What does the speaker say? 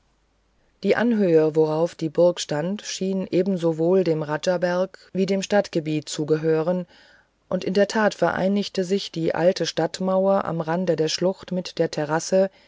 die anhöhe worauf die burg stand schien ebensowohl dem rajaberg wie dem stadtgebiet zu gehören und in der tat vereinigte sich die alte stadtmauer am rande der schlucht mit der terrasse